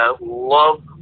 Love